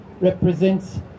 represents